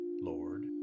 Lord